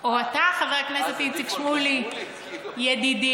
או אתה, חבר הכנסת איציק שמולי, ידידי.